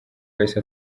wahise